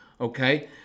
Okay